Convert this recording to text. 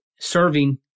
serving